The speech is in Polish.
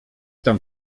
tam